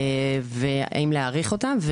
והאם להאריך אותה.